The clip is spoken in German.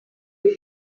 die